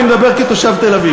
אני מדבר כתושב תל-אביב.